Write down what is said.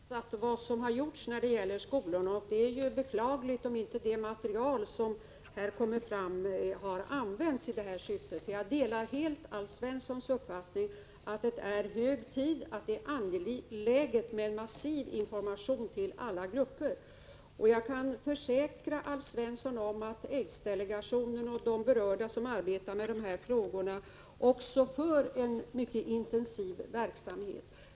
Herr talman! Jag har i mitt svar redovisat vad som gjorts när det gäller skolorna. Det är beklagligt om inte det material som kommit fram har använts i det avsedda syftet. Jag delar helt Alf Svenssons uppfattning att det är hög tid, att det är angeläget med en massiv information till alla grupper. Jag kan försäkra Alf Svensson att aids-delegationen och andra som arbetar med dessa frågor också bedriver en mycket intensiv verksamhet.